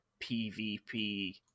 PvP